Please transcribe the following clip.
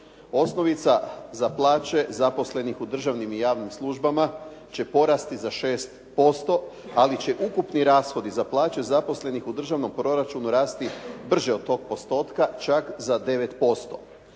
Osnovica za plaće zaposlenih u državnim i javnim službama će porasti za 6%, ali će ukupni rashodi za plaće zaposlenih u državnom proračunu rasti brže od tog postotka čak za 9%.